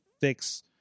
fix